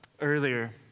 earlier